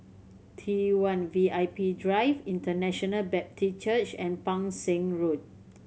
T One V I P Drive International Baptist Church and Pang Seng Road